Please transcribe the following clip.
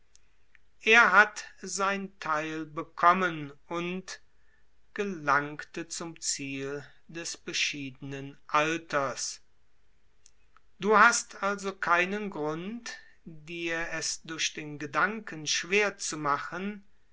er hat sein theil dahin und gelangte zum ziel des beschiedenen alters du hast also keinen grund dir es durch den gedanken schwer zu machen